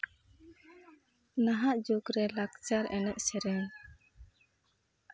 ᱱᱟᱦᱟᱜ ᱡᱩᱜᱽ ᱨᱮ ᱞᱟᱠᱪᱟᱨ ᱮᱱᱮᱡ ᱥᱮᱨᱮᱧ